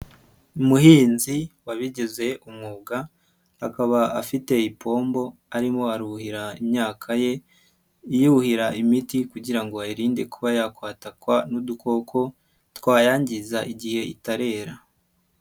Umuhinzi wabigize umwuga akaba afite ipombo arimo aruhira imyaka ye, yuhira imiti kugira ngo ayirinde kuba yakwatakwa n'udukoko twayangiza igihe itarera.